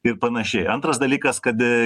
ir panašiai antras dalykas kad